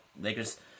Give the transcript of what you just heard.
Lakers